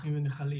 שפכים ונחל,